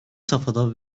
safhada